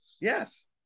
Yes